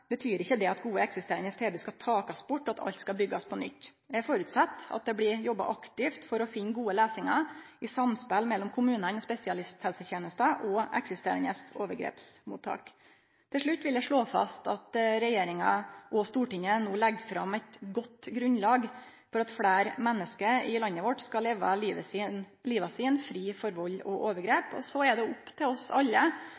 betyr det ikkje at gode, eksisterande tilbod skal takast bort og at alt skal byggjast på nytt. Eg føreset at det blir jobba aktivt for å finne gode løysingar i samspel mellom kommunane og spesialisthelsetenesta og eksisterande overgrepsmottak. Til slutt vil eg slå fast at regjeringa og Stortinget no legg eit godt grunnlag for at fleire menneske i landet vårt skal kunne leve livet sitt fri for vald og overgrep. Så er det opp til oss alle å følgje opp meldinga og